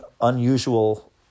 unusual